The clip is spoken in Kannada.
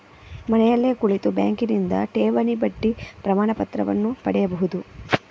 ಮನೆಯಲ್ಲಿ ಕುಳಿತು ಬ್ಯಾಂಕಿನಿಂದ ಠೇವಣಿ ಬಡ್ಡಿ ಪ್ರಮಾಣಪತ್ರವನ್ನು ಪಡೆಯಬಹುದು